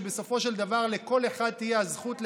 שבסופו של דבר לכל אחד תהיה הזכות להצביע,